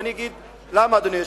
ואני אגיד למה, אדוני היושב-ראש.